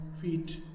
feet